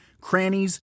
crannies